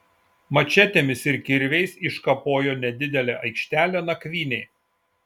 mačetėmis ir kirviais iškapojo nedidelę aikštelę nakvynei